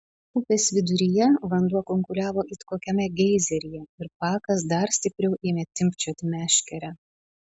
upės viduryje vanduo kunkuliavo it kokiame geizeryje ir pakas dar stipriau ėmė timpčioti meškerę